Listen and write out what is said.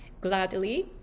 gladly